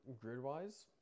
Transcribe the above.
Grid-wise